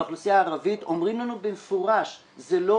באוכלוסייה הערבית אומרים לנו במפורש, זה לא